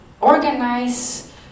organize